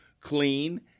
clean